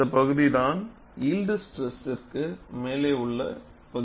இந்த பகுதிதான் யில்ட் ஸ்ட்ரெஸ்ற்கு மேலே உள்ள பகுதி